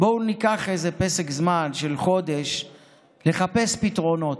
בואו ניקח איזה פסק זמן של חודש לחפש פתרונות.